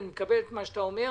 אני מקבל את מה שאתה אומר,